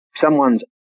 someone's